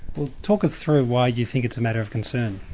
well talk us through why you think it's a matter of concern.